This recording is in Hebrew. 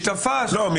משתפס, יביאו בפני שופט.